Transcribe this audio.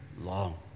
long